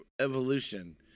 evolution